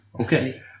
okay